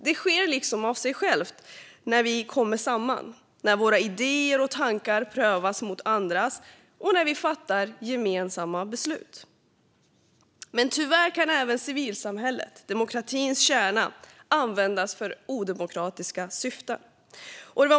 Det sker liksom av sig självt när vi kommer samman, när våra idéer och tankar prövas mot andras och när vi fattar gemensamma beslut. Tyvärr kan dock även civilsamhället, demokratins kärna, användas för odemokratiska syften.